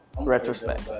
retrospect